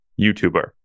YouTuber